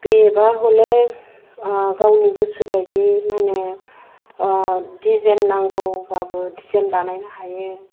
बेबा हले गावनि गोसो बायदि माने दिजेन नांगौबाबो दिजेन बानायनो हायो